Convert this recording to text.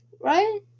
right